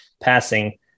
passing